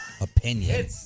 opinion